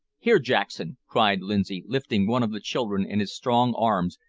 here, jackson, cried lindsay, lifting one of the children in his strong arms,